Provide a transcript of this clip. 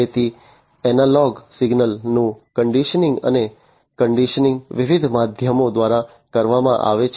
તેથી એનાલોગ સિગ્નલો નું કન્ડીશનીંગ અને આ કન્ડીશનીંગ વિવિધ માધ્યમો દ્વારા કરવામાં આવે છે